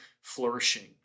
flourishing